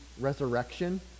resurrection